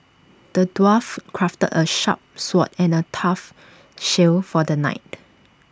the dwarf crafted A sharp sword and A tough shield for the knight